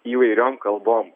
įvairiom kalbom